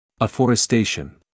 Afforestation